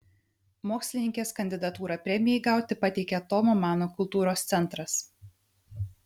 mokslininkės kandidatūrą premijai gauti pateikė tomo mano kultūros centras